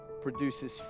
produces